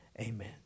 amen